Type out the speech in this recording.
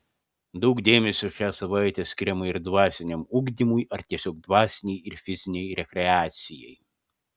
daug dėmesio šią savaitę skiriama ir dvasiniam ugdymui ar tiesiog dvasinei ir fizinei rekreacijai